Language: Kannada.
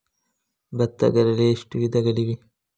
ಭತ್ತಗಳಲ್ಲಿ ಎಷ್ಟು ವಿಧಗಳಿವೆ?